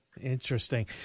Interesting